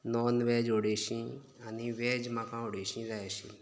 हय नोनव्हॅज अडेचशीं आनी व्हॅज म्हाका अडेचशीं जाय आशिल्लीं